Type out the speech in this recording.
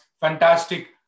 fantastic